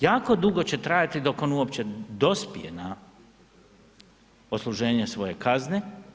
Jako dugo će trajati dok on uopće dospije na odsluženje svoje kazne.